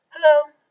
Hello